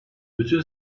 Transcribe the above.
bütün